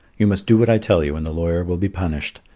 you must do what i tell you and the lawyer will be punished,